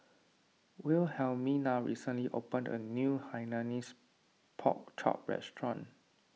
Wilhelmina recently opened a new Hainanese Pork Chop restaurant